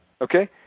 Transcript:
Okay